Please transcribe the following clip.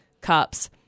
Cups